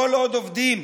כל עוד עובדים